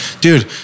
dude